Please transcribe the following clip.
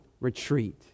retreat